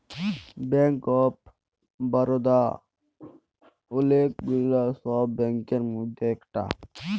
bank of Baroda ওলেক গুলা সব ব্যাংকের মধ্যে ইকটা